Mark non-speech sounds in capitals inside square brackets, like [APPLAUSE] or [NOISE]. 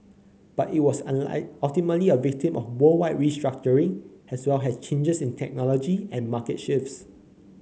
but it was [UNINTELLIGIBLE] ultimately a victim of worldwide restructuring as well as changes in technology and market shifts